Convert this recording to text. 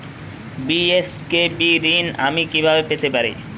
BSKB ঋণ আমি কিভাবে পেতে পারি?